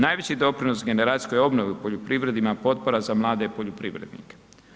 Najveći doprinos generacijskoj obnovi u poljoprivredi ima potpora za mlade poljoprivrednike.